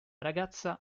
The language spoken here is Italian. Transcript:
ragazza